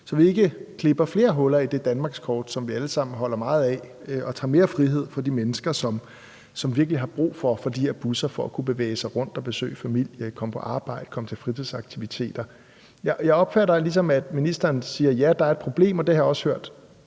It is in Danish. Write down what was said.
så vi ikke klipper flere huller i det danmarkskort, som vi alle sammen holder meget af, og tager mere frihed væk fra de mennesker, som virkelig har brug for de her busser for at kunne bevæge sig rundt og besøge deres familie og komme på arbejde og komme til fritidsaktiviteter? Jeg opfatter det, som om ministeren siger, at ja, der er et problem, og det har jeg også hørt